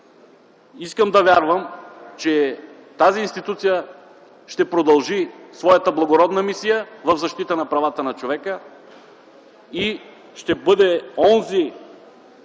Искам да вярвам, че тази институция ще продължи своята благородна мисия в защита на правата на човека и ще бъде онзи